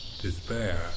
despair